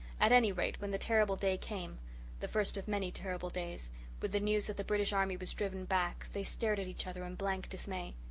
at any rate, when the terrible day came the first of many terrible days with the news that the british army was driven back they stared at each other in blank dismay.